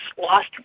Lost